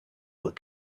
but